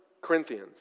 Corinthians